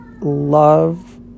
love